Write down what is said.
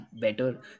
better